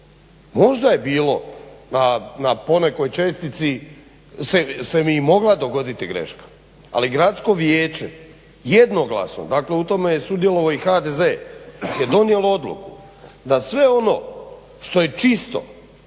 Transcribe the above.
Možda je bilo na ponekoj čestici se i mogla dogoditi greška ali gradsko vijeće jednoglasno dakle u tome je sudjelovao i HDZ je donijelo odluku da sve ono što je čisto,